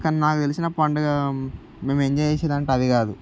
కానీ నాకు తెలిసిన పండుగ మేము ఎంజాయ్ చేసేది అంటే అది కాదు